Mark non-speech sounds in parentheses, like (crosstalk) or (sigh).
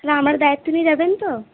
(unintelligible) আমার দায়িত্ব নিয়ে যাবেন তো